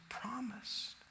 promised